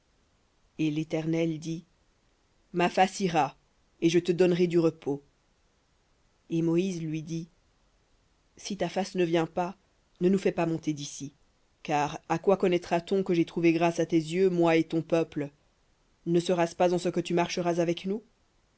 et dit ma face ira et je te donnerai du repos et lui dit si ta face ne vient pas ne nous fais pas monter dici car à quoi connaîtra t on que j'ai trouvé grâce à tes yeux moi et ton peuple ne sera-ce pas en ce que tu marcheras avec nous